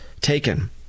taken